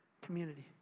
community